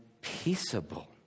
peaceable